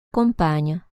compagne